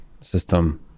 system